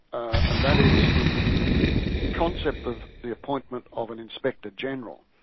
and that is the concept of the appointment of an inspector general.